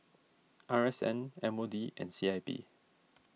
R S N M O D and C I P